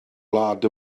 wlad